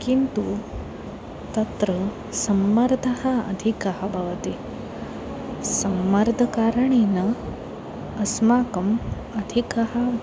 किन्तु तत्र सम्मर्दः अधिकः भवति सम्मर्दकारणेन अस्माकम् अधिकः